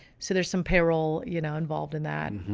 so there's some payroll, you know, involved in that.